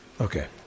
Okay